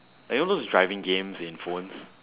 you know those driving games in phones